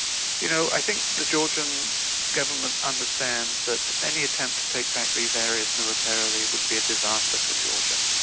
you know, i think the georgian government understands that any attempt to take back these areas militarily would be a disaster for georgia.